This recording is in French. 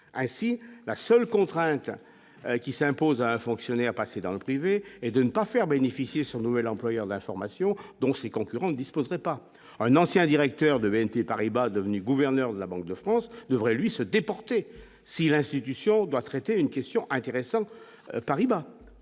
ainsi la seule contrainte qui s'impose, fonctionner à passer dans le privé et de ne pas faire bénéficier son nouvel employeur d'information donc ses concurrents disposerait pas un ancien directeur de BNP-Paribas, devenu gouverneur de la Banque de France devrait lui se déporter si l'institution doit traiter une question intéressante Paribas